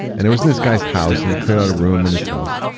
and it was in this guy's house. and he cleared out a room in his house.